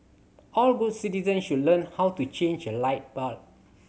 all good citizens should learn how to change a light bulb